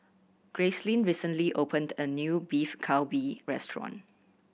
Gracelyn recently opened a new Beef Galbi Restaurant